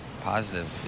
positive